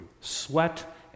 Sweat